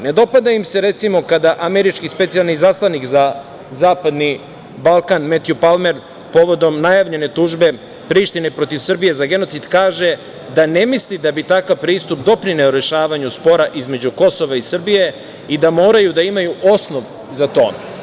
Ne dopada im se, recimo, kada američki specijalni izaslanik za zapadni Balkan, Metju Palmer, povodom najavljene tužbe Prištine protiv Srbije za genocid, kaže da ne misli da bi takav pristup doprineo rešavanju spora između Kosova i Srbije i da moraju da imaju osnov za to.